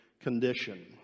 condition